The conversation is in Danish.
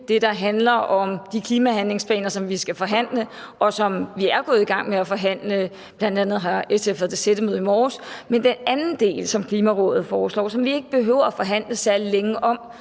del, der handler om de klimahandlingsplaner, som vi skal forhandle, og som vi er gået i gang med at forhandle – bl.a. har SF været til sættemøde i morges – men den anden del, som Klimarådet foreslår, og som vi ikke behøver at forhandle særlig længe om,